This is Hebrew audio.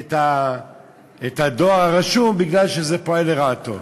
את הדואר הרשום כי זה פועל לרעתו.